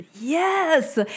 Yes